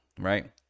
right